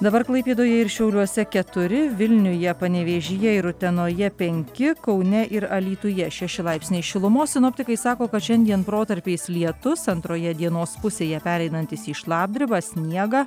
dabar klaipėdoje ir šiauliuose keturi vilniuje panevėžyje ir utenoje penki kaune ir alytuje šeši laipsniai šilumos sinoptikai sako kad šiandien protarpiais lietus antroje dienos pusėje pereinantis į šlapdribą sniegą